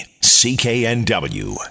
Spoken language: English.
CKNW